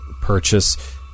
purchase